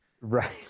Right